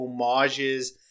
homages